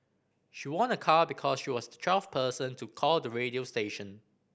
she won a car because she was the twelfth person to call the radio station